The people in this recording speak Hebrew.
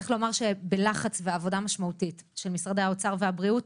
צריך לומר שבלחץ ובעבודה משמעותית של משרדי האוצר והבריאות